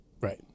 Right